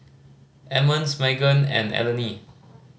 Emmons Magan and Eleni